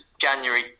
January